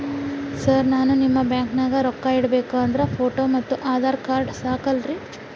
Sir ನಾನು ನಿಮ್ಮ ಬ್ಯಾಂಕನಾಗ ರೊಕ್ಕ ಇಡಬೇಕು ಅಂದ್ರೇ ಫೋಟೋ ಮತ್ತು ಆಧಾರ್ ಕಾರ್ಡ್ ಸಾಕ ಅಲ್ಲರೇ?